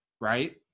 Right